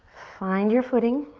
find your footing.